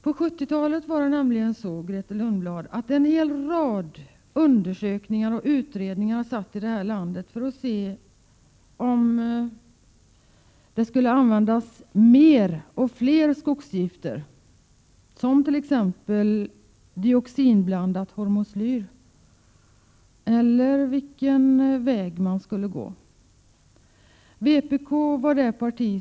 På 1970-talet fanns det en hel rad undersökningar och utredningar här i landet som skulle utröna om det skulle användas fler och fler skogsgifter, som t.ex. dioxinblandade hormoslyr, eller om man skulle gå en annan väg.